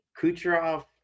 Kucherov